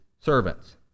servants